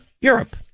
europe